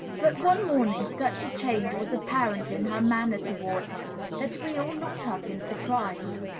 but one morning such a change was apparent in her manner toward him that we all looked up in surprise.